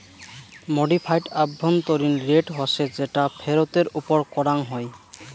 modified আভ্যন্তরীণ rate হসে যেটা ফেরতের ওপর করাঙ হই